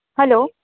hello